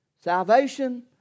salvation